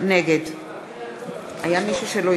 נגד גברתי המזכירה, נא